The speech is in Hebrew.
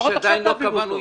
לפחות עכשיו תעבירו אותו.